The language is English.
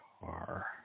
car